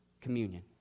communion